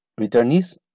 returnees